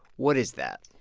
what is that?